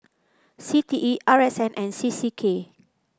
C T E R S N and C C K